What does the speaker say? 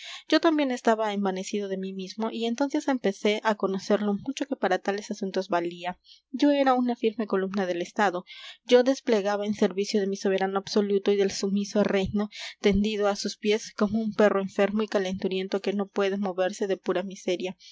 yo también estaba envanecido de mí mismo y entonces empecé a conocer lo mucho que para tales asuntos valía yo era una firme columna del estado yo desplegaba en servicio de mi soberano absoluto y del sumiso reino tendido a sus pies como un perro enfermo y calenturiento que no puede moverse de pura miseria